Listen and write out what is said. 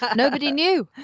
ah nobody knew.